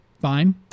fine